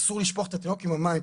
אסור לשפוך את התינוק עם המים,